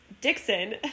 dixon